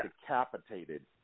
decapitated